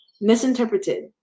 misinterpreted